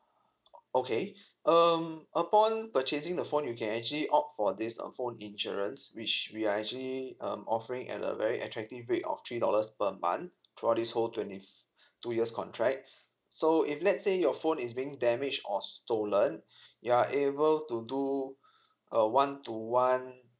okay um upon purchasing the phone you can actually opt for this uh phone insurance which we are actually um offering at a very attractive rate of three dollars per month throughout this whole twenty f~ two years contract so if let's say your phone is being damaged or stolen you are able to do a one to one